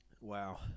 Wow